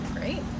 Great